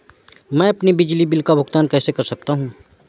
मैं अपने बिजली बिल का भुगतान कैसे कर सकता हूँ?